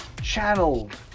channeled